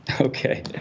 Okay